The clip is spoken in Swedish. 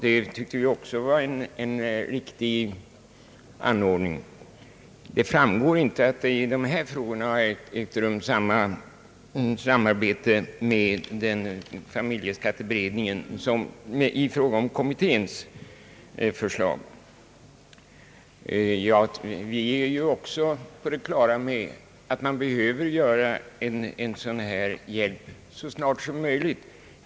Det tycker vi också var en riktig anordning. Det framgår inte att det i den senare behandlingen av dessa frågor ägt rum sådant samarbete med familjeskatteberedningen som i fråga om kommitténs förslag. Vi är också på det klara med att man behöver lämna hjälp till barnfamiljerna så snart som möjligt.